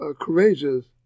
Courageous